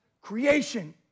creation